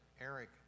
Eric